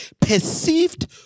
perceived